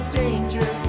danger